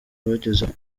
bagezeho